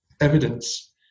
evidence